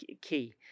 key